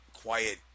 quiet